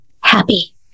happy